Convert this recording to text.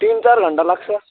तिन चार घन्टा लाग्छ